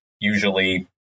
usually